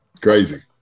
crazy